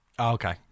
Okay